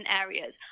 areas